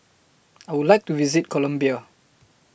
I Would like to visit Colombia